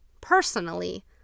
personally